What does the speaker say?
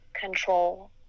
control